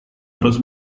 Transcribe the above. terus